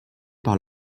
par